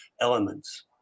elements